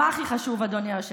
מה הכי חשוב, אדוני היושב-ראש?